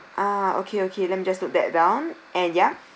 ah okay okay let me just put that down and ya